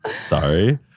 Sorry